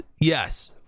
Yes